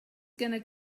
gonna